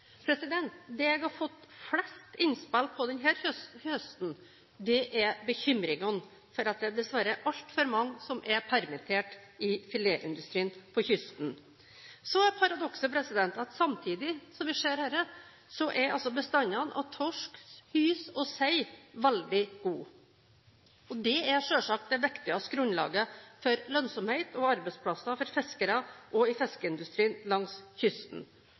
Det jeg har fått flest innspill på denne høsten, er bekymringene for at det dessverre er altfor mange som er permittert i filetindustrien på kysten. Så er paradokset at samtidig som vi ser dette, er bestanden av torsk, hyse og sei veldig god, og det er selvsagt det viktigste grunnlaget for lønnsomhet og arbeidsplasser for fiskere og i fiskeindustrien langs kysten.